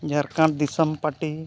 ᱡᱷᱟᱨᱠᱷᱚᱸᱰ ᱫᱤᱥᱚᱢ ᱯᱟᱴᱤ